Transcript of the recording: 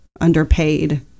underpaid